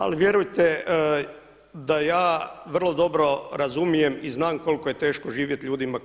Ali vjerujte da ja vrlo dobro razumijem i znam koliko je teško živjet ljudima